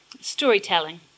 storytelling